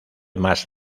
más